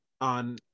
on